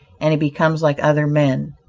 and he becomes like other men.